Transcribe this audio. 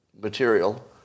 material